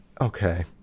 Okay